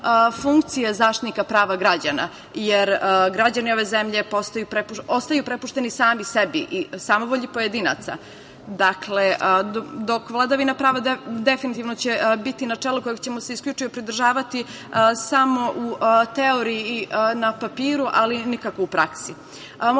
funkcije Zaštitnika prava građana, jer građani ove zemlje postaju prepušteni sami sebi i samovolji pojedinaca. dakle, dok vladavina prava, definitivno će biti na čelu kojeg ćemo se isključivo pridržavati samo u teoriji na papiru, ali nikako u praksi? Moram